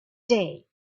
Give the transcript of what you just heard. day